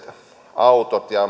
autoja